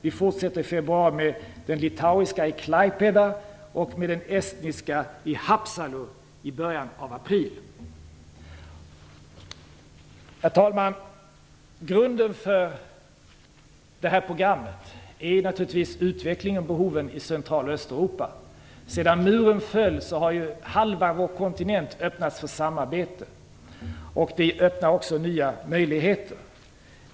Vi fortsätter i februari med den litauiska i Herr talman! Grunden för det här programmet är naturligtvis utvecklingen och behoven i Central och Östeuropa. Sedan muren föll har halva vår kontinent öppnats för samarbete. Det öppnar också nya möjligheter.